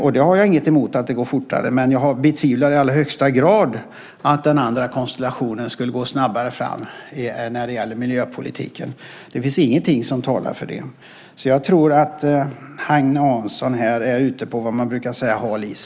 Jag har inget emot att det går fortare, men jag betvivlar i allra högsta grad att den andra konstellationen skulle gå snabbare fram när det gäller miljöpolitiken. Det finns ingenting som talar för det. Jag tror att Agne Hansson här är ute på vad man brukar kalla hal is.